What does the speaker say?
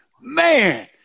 Man